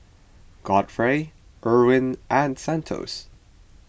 Godfrey Eryn and Santos